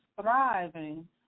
thriving